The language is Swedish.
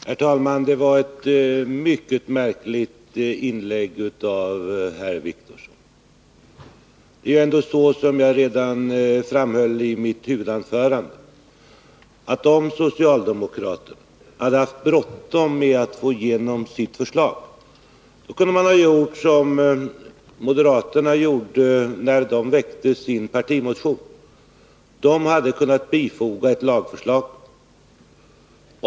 Lag om spridning Herr talman! Det var ett mycket märkligt inlägg av herr Wictorsson. Det är av bekämpningsändå så som jag framhöll redan i mitt huvudanförande, att om socialdemomedel över skogskraterna hade haft bråttom med att få igenom sitt förslag kunde de ha gjort mark som moderaterna gjorde när de väckte sin partimotion — de hade kunnat bifoga ett lagförslag.